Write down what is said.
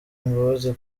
imbabazi